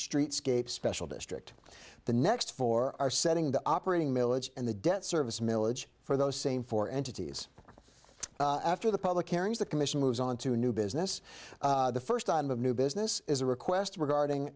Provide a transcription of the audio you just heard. streetscape special district the next four are setting the operating milage and the debt service milage for those same four entities after the public hearings that commission moves on to new business the first item of new business is a request regarding